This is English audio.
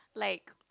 like